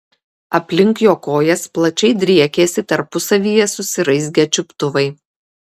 aplink jo kojas plačiai driekėsi tarpusavyje susiraizgę čiuptuvai